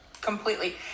Completely